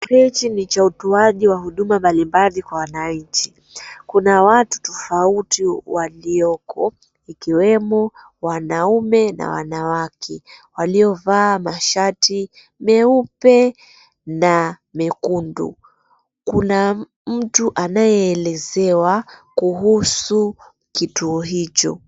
Kituo hichi ni cha utoaji huduma mbalimbali kwa wananchi. Kuna watu tofauti walioko, ikiwemo wanaume na wanawake waliovaa mashati meupe na mekundu. Kisha kuna mtu anayeelezewa kuhusu kituo hicho.